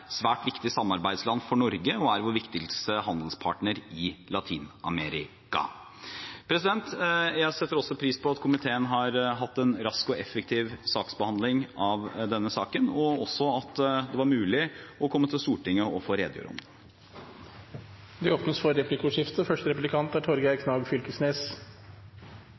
svært viktig samarbeidsland for Norge og vår viktigste handelspartner i Latin-Amerika. Jeg setter pris på at komiteen har hatt en rask og effektiv saksbehandling av denne saken, og også at det var mulig å komme til Stortinget og få redegjøre. Det åpnes for replikkordskifte.